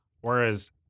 whereas